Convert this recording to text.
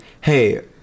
hey